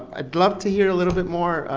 i'd love to hear a little bit more,